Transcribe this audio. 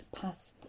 past